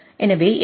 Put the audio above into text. எனவே 802